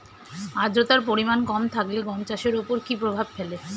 আদ্রতার পরিমাণ কম থাকলে গম চাষের ওপর কী প্রভাব ফেলে?